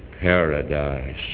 paradise